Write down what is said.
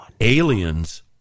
aliens